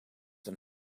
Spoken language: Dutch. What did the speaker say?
een